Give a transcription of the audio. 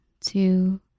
two